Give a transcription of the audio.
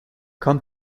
come